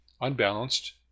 unbalanced